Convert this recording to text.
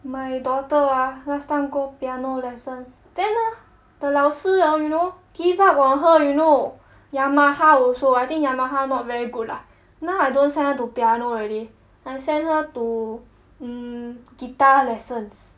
my daughter ah last time go piano lesson then ah the 老师 hor you know give up on her you know Yamaha also I think Yamaha not very good lah now I don't send her to piano already I send her to um guitar lessons